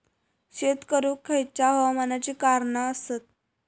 शेत करुक खयच्या हवामानाची कारणा आसत?